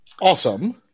awesome